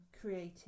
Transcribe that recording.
creative